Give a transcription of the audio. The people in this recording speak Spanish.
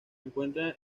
encuentra